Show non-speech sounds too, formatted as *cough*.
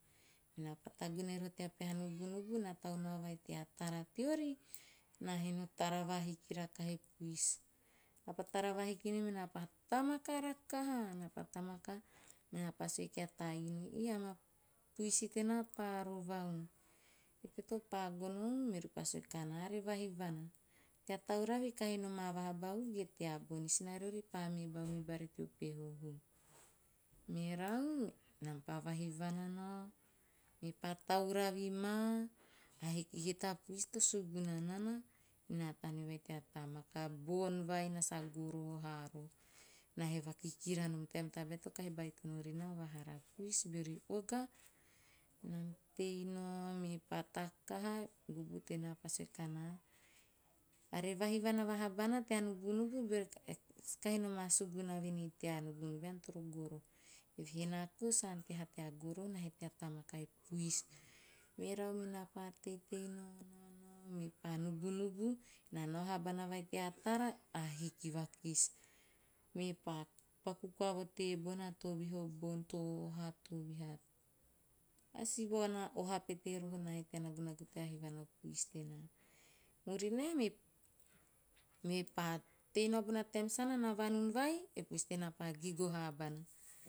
Me na pa tagune roho tea peha nubunubu, naa tau nao vai tea tara teori, naa he no tara va hiki e menaa pa tamaka rakaha, menaa pa tamaka nenaa pa sue kia ta inu, "eh amaa puisi tena pa rova bau. E teie to pa gonou?" Meori pa sue kanaa, "tea auravi kahi noma vahau, ge tea bon. E sina riori pa mee bau ribari teo peho hum." Merau menam pa vai huana nao, me pa tauravi maa, ahiki he ta puis to suguna nana. Naa taneo vai tea tamaka. Bon vai, naa goroho haa, naa he vakikira nom taem tabae to kahi baitono rinaa o vabara puis beori oga? Nam tei nao mepa takaha, me bubu tenaa pa sue kanaa, "are vai huana vaha bana tea nubunubu beori *unintelligible* kahi ma suguna vuenei tea nubunubu ean toro goroho," eve naa kou sa ante haa tea goroho naa he tea tamaka e puis. Merau menaa pa tei nao nao nao, mepa nubunubu, na nao vaha bana vai tea tara, a hiki vakis. Mepa paku koa vo tebona, tovihi a bon to oha. a sivaona oha pete roho naa he tea nagunagu tea vaihu ana e puis tenaa. Murinae, me pa tei nao bona taem sana, naa vanun vai, e puis tenaa he gigo vahabana.